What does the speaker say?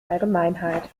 allgemeinheit